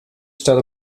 staat